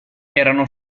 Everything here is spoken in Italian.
erano